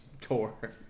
tour